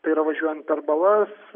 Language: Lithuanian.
tai yra važiuojant per balas